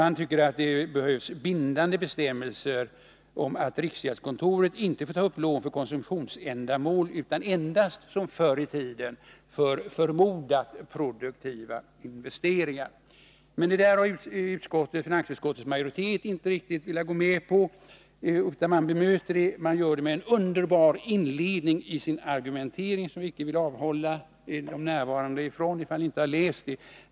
Han tycker att det behövs bindande bestämmelser om att riksgäldskontoret inte får ta upp lån för konsumtionsändamål utan endast som förr i tiden för förmodat produktiva investeringar. Det där har finansutskottets majoritet inte velat gå med på utan man bemöter det. Och det gör man med en underbar inledning i sin argumentering som jag inte vill undanhålla de närvarande, ifall ni inte har läst det.